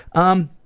um,